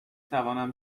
توانم